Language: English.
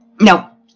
No